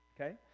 okay